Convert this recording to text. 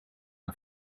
her